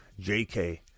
JK